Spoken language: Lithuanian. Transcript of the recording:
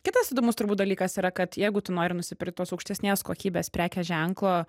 kitas įdomus turbūt dalykas yra kad jeigu tu nori nusipirkti tos aukštesnės kokybės prekės ženklo